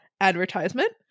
advertisement